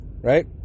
right